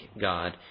God